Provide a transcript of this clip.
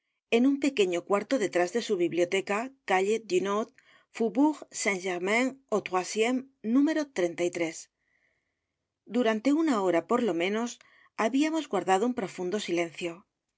en un pequeño cuarto detrás de su biblioteca calle dunt faubourg saint-germain ó tos número durante una hora por lo menos habíamos guardado un profundo silencio